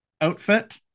outfit